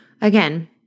again